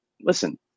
listen